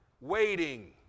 waiting